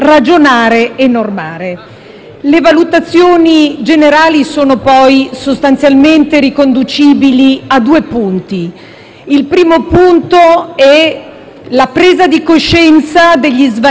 Le valutazioni generali sono sostanzialmente riconducibili a due punti. Il primo punto è la presa di coscienza degli svantaggi competitivi